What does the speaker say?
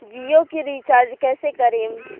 जियो के रीचार्ज कैसे करेम?